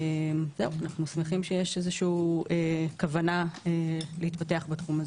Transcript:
אנו שמחים שיש כוונה להתפתח בתחום.